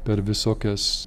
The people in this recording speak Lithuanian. per visokias